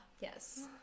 yes